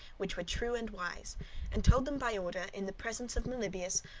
which were true and wise and told them by order, in the presence of meliboeus,